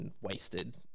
wasted